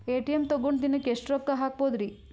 ATM ತಗೊಂಡ್ ದಿನಕ್ಕೆ ಎಷ್ಟ್ ರೊಕ್ಕ ಹಾಕ್ಬೊದ್ರಿ?